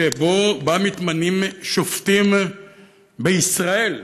שבה מתמנים שופטים בישראל,